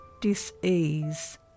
dis-ease